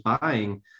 buying